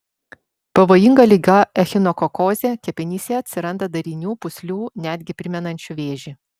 pavojinga liga echinokokozė kepenyse atsiranda darinių pūslių netgi primenančių vėžį